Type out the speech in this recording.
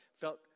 felt